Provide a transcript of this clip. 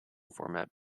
format